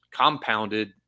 compounded